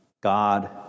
God